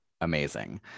amazing